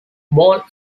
bole